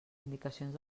indicacions